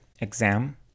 exam